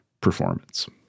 performance